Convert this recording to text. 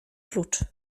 klucz